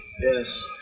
Yes